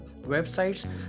websites